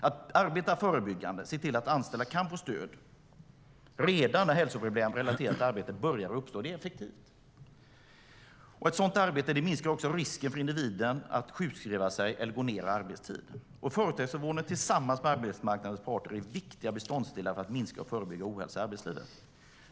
Att arbeta förebyggande och se till att anställda kan få stöd redan när hälsoproblem relaterat till arbetet börjar uppstå är effektivt. Ett sådant arbete minskar också risken för individen att sjukskriva sig eller gå ned i arbetstid. Företagshälsovården tillsammans med arbetsmarknadens parter är viktiga beståndsdelar för att minska och förebygga ohälsa i arbetslivet.